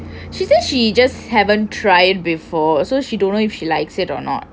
she say she just haven't try before so she don't know if she likes it or not